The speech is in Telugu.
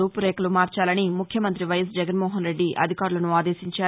రూపు రేఖలు మార్చాలని ముఖ్యమంతి వైఎస్ జగన్మోహన్రెడ్డి అధికారులను ఆదేశించారు